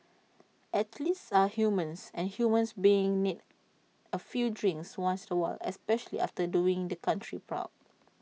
athletes are human and human beings need A few drinks once A while especially after doing the country proud